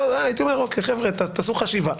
הייתי אומר: תעשו חשיבה,